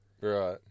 Right